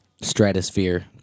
stratosphere